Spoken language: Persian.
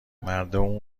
مردم